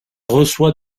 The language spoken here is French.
reçoit